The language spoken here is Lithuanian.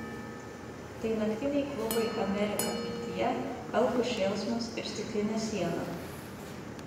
tai naktiniai klubai amerika pirtyje elfų šėlsmas ir stiklinė siena